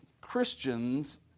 Christians